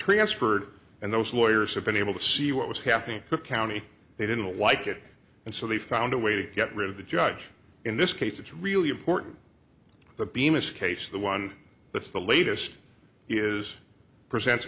transferred and those lawyers have been able to see what was happening in the county they didn't like it and so they found a way to get rid of the judge in this case it's really important the bemis case the one that's the latest is present